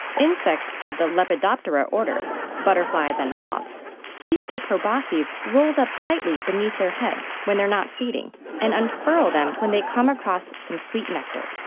insects of the lepidoptera order butterflies and moths keep their proboscises rolled up tightly beneath their heads when they're not feeding and unfurl them when they come across some sweet nectar.